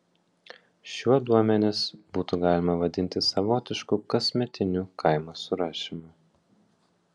šiuo duomenis būtų galima vadinti savotišku kasmetiniu kaimo surašymu